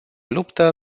luptă